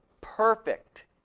perfect